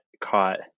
caught